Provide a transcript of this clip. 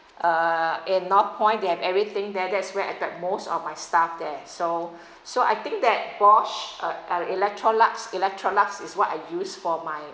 uh in north point they have everything there that is where I get most of my stuff there so so I think that bosch uh uh electrolux electrolux is what I use for my